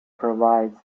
provides